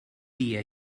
dia